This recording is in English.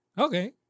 Okay